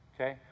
Okay